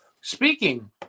Speaking